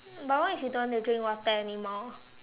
but what if you don't want to drink water anymore